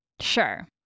Sure